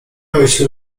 myśl